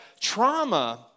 trauma